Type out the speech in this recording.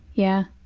yeah.